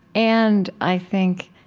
and i think